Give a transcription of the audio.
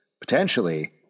potentially